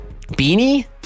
beanie